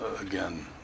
again